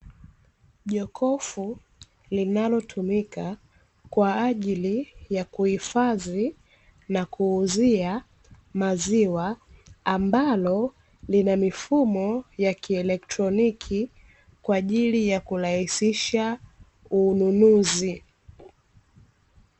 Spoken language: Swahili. Jokofu linalotumika kwaajili ya kuhifadhi na kuuzia Maziwa, ambalo lina mifumo ya kielekroniki kwaajili ya kurahisisha ununuzi.